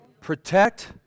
protect